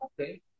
Okay